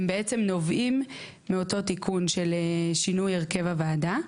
הם בעצם נובעים מאותו תיקון של שינוי הרכב הוועדה.